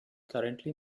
currently